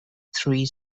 three